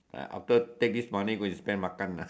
ah after take this money go and spend makan lah